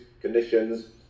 conditions